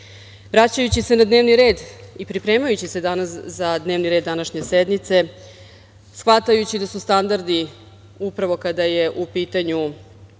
vraćajući se na dnevni red i pripremajući se danas za dnevni red današnje sednice, shvatajući da su standardi upravo kada je u pitanju